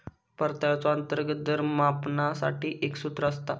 परताव्याचो अंतर्गत दर मापनासाठी एक सूत्र असता